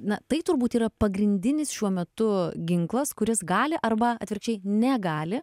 na tai turbūt yra pagrindinis šiuo metu ginklas kuris gali arba atvirkščiai negali